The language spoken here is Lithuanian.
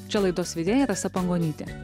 čia laidos vedėja rasa pangonytė